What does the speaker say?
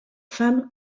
fam